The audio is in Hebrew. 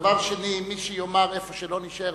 דבר שני, מי שיאמר איפה לא נישאר,